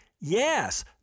yes